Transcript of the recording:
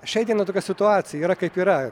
šiai dienai tokia situacija yra kaip yra